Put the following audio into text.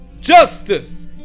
justice